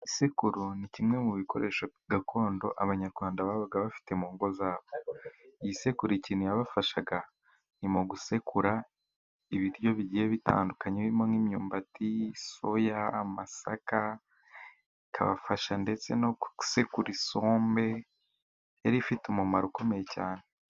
Isekuru ni kimwe mu bikoresho gakondo Abanyarwanda babaga bafite mu ngo zabo. Iyi sekuro ikintu yabafashaga ni mu gusekura ibiryo bigiye bitandukanye, birimo nk'imyumbati, soya, amasaka, ikabafasha ndetse no gusekura isombe. Yari ifite umumaro ukomeye cyane.